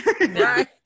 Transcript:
Right